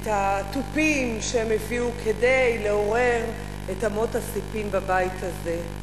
את התופים שהם הביאו כדי לעורר את אמות הספים בבית הזה,